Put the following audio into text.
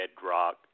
bedrock